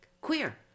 queer